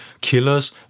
Killers